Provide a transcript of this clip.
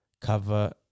cover